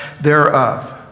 thereof